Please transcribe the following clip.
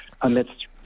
amidst